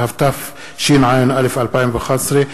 התשע"א 2011,